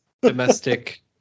domestic